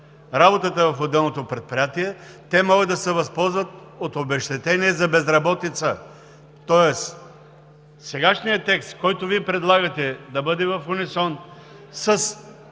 работата в отделното предприятие, те могат да се възползват от обезщетение за безработица. Тоест сегашният текст, който Вие предлагате, да бъде в унисон с